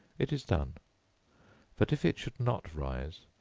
it is done but if it should not rise,